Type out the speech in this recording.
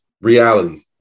reality